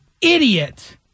idiot